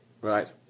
Right